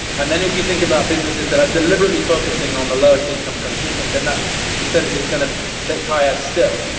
and then if you think about businesses that are deliberately focusing on the lowest income consumers, then that percentage is going to tick higher still.